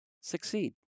succeed